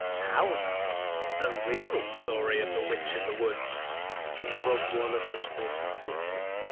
how about the real story of the witch in the woods from one of the twins who met her? oooo!